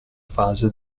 fase